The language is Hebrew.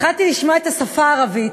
התחלתי לשמוע את השפה הערבית,